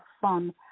fun